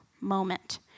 moment